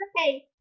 okay